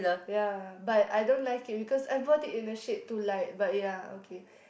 ya but I don't like it because I bought it in a shade too light but ya okay